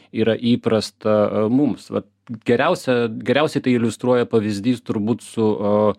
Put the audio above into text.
yra įprasta mums vat geriausia geriausiai tai iliustruoja pavyzdys turbūt su